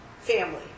family